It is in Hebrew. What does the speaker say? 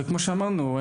כמו שאמרנו כבר,